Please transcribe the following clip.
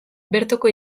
bertoko